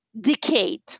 decade